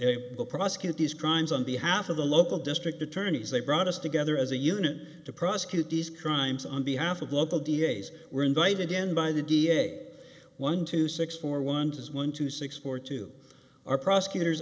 will prosecute these crimes on behalf of the local district attorneys they brought us together as a unit to prosecute these crimes on behalf of local da's were invited in by the da one two six four one does one two six four two or prosecutors